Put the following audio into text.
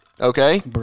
Okay